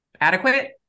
adequate